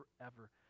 forever